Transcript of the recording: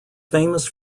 famous